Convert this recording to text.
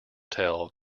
tell